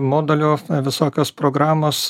modelio visokios programos